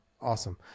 awesome